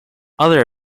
other